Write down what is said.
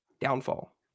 downfall